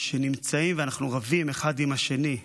שנמצאים בו ואנחנו רבים אחד עם השני,